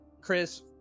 Chris